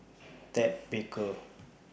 Ted Baker